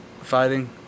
fighting